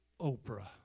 Oprah